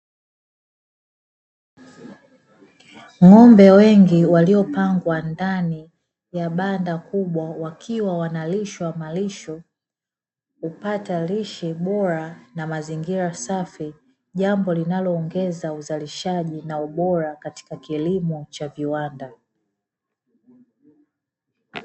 Ngombe wengi waliopangwa ndani ya banda kubwa wakiwa wanaluishwa malisho, kupata lishe bora na mazingira safi; jambo linaloongeza uzalishaji na ubora katika kilimo cha viwanda.